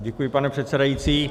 Děkuji, pane předsedající.